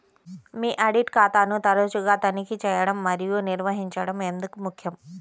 మీ audit ఖాతాను తరచుగా తనిఖీ చేయడం మరియు నిర్వహించడం ఎందుకు ముఖ్యం?